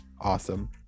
awesome